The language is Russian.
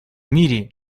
мире